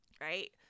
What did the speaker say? Right